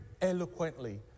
eloquently